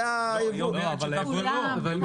אבל היא אומרת שדווקא לא.